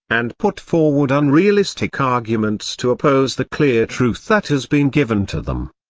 and put forward unrealistic arguments to oppose the clear truth that has been given to them.